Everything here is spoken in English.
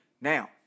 Now